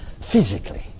physically